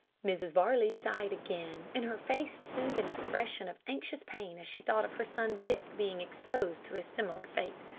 mrs varley sighed again, and her face assumed an expression of anxious pain as she thought of her son dick being exposed to a similar fate.